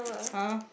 !huh!